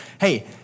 Hey